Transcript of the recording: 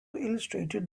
illustrated